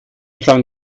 klang